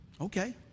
Okay